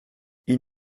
ils